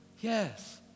Yes